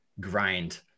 grind